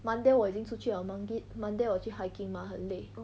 monday 我已经出去了 monda~ monday 我去 hiking mah 很累